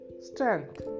strength